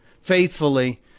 faithfully